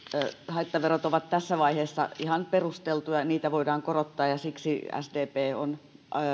haittaverot ovat tässä vaiheessa ihan perusteltuja ja niitä voidaan korottaa ja siksi sdp on